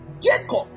Jacob